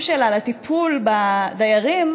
התקציב שלה לטיפול בדיירים,